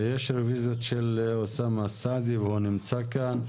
ויש את הרוויזיות של אוסאמה סעדי, והוא נמצא כאן.